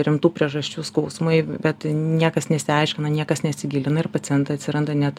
rimtų priežasčių skausmui bet niekas nesiaiškina niekas nesigilina ir pacientai atsiranda net